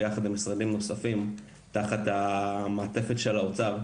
ביחד עם משרדים נוספים תחת המעטפת של האוצר,